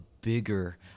bigger